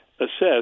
assess